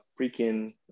freaking